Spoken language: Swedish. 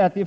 dag.